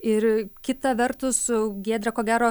ir kita vertus su giedre ko gero